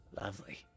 Lovely